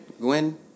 Gwen